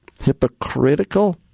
hypocritical